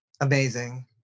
Amazing